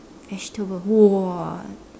vegetable !wah!